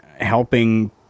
helping